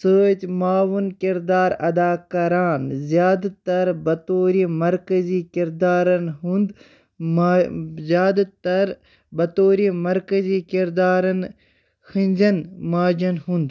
سۭتۍ معاون کِردار ادا کٔران، زیادٕ تر بَطورِ مزکٔزی کردارَن ہُند زِیٛادٕ تَر بطورِ مرکٔزی کردارَن ہِنٛز ماجن ہُنٛد